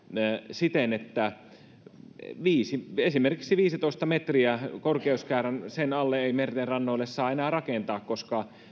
siten että esimerkiksi viisitoista metriä korkeuskäyrän alle ei merten rannoille saa enää rakentaa koska